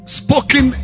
spoken